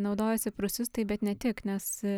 naudojasi prūsistai bet ne tik nes